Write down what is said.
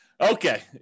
Okay